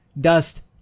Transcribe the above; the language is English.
dust